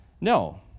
No